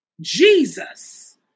Jesus